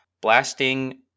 blasting